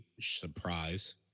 surprise